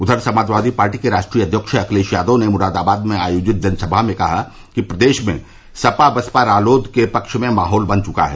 उधर समाजवादी पार्टी के राष्ट्रीय अध्यक्ष अखिलेश यादव ने मुरादाबाद में आयोजित जनसभा में कहा कि प्रदेश में सपा बसपा रालोद के पक्ष में माहौल बन चुका है